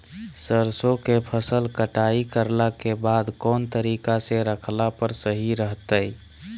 सरसों के फसल कटाई करला के बाद कौन तरीका से रखला पर सही रहतय?